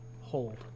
hold